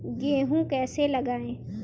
गेहूँ कैसे लगाएँ?